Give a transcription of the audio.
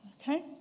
Okay